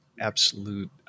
absolute